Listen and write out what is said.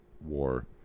War